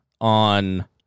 on